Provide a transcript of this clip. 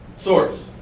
source